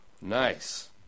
Nice